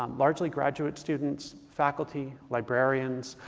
um largely graduate students, faculty, librarians